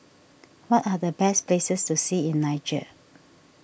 what are the best places to see in Niger